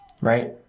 Right